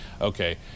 okay